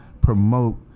promote